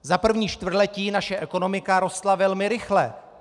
Za 1. čtvrtletí naše ekonomika rostla velmi rychle.